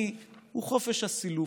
אני הוא חופש הסילוף!